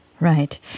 Right